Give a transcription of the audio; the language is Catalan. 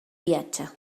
viatge